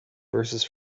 verses